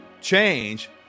change